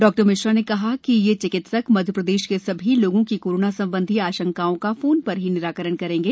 डॉ मिश्रा ने कहा कि ये चिकित्सक मध्यप्रदेश के सभी लोगों की कोरोना संबंधी आशंकाओं का फोन पर ही निराकरण करेंगे